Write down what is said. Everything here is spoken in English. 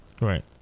Right